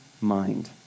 mind